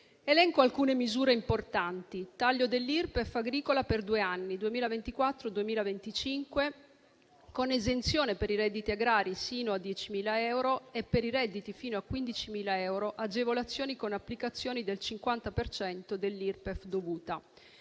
Elenco alcune misure importanti: taglio dell'Irpef agricola per due anni (2024-2025) con esenzione per i redditi agrari sino a 10.000 euro e, per i redditi fino a 15.000 euro, agevolazioni con applicazioni del 50 per cento dell'Irpef dovuta;